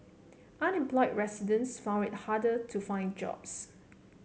unemployed residents found it harder to find jobs